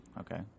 Okay